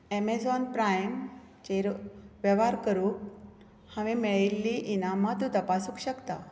Amazon प्रायमचेर वेव्हार करून हांवें मेळयल्लीं इनामां तूं तपासूंक शकता